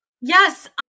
Yes